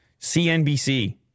CNBC